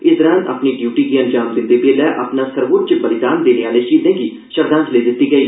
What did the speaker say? इस दरान अपनी ड्यूटी गी अंजाम दिंदे बेल्लै अपना स्वोच्च्य बलिदान देने आले शहीदें गी श्रद्वांजलि दित्ती गेई